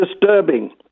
disturbing